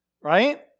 right